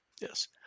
Yes